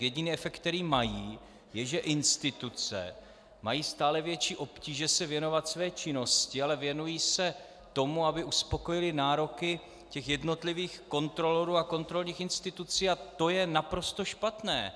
Jediný efekt, který mají, je, že instituce mají stále větší obtíže se věnovat své činnosti, ale věnují se tomu, aby uspokojily nároky jednotlivých kontrolorů a kontrolních institucí, a to je naprosto špatné.